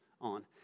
on